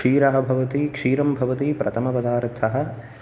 क्षीरः भवति क्षीरं भवति प्रथम पदार्थः